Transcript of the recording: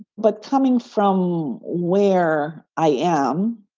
but coming from where i am,